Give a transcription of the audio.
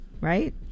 right